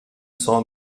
saw